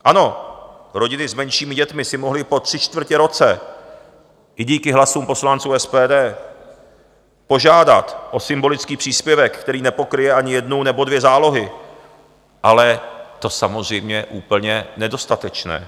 Ano, rodiny s menšími dětmi si mohly po tři čtvrtě roce i díky hlasům poslanců SPD požádat o symbolický příspěvek, který nepokryje ani jednu nebo dvě zálohy, ale to je samozřejmě úplně nedostatečné.